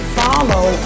follow